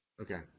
Okay